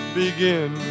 begin